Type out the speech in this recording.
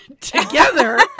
together